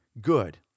good